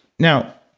now,